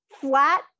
flat